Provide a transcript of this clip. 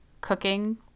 cooking